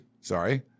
sorry